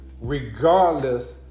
regardless